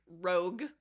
rogue